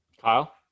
Kyle